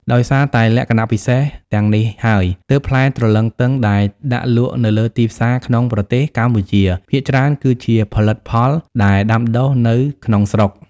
ដោយសារតែលក្ខណៈពិសេសទាំងនេះហើយ ទើបផ្លែទ្រលឹងទឹងដែលដាក់លក់នៅលើទីផ្សារក្នុងប្រទេសកម្ពុជា ភាគច្រើនគឺជាផលិតផលដែលដាំដុះនៅក្នុងស្រុក។